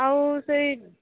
ଆଉ ସେଇ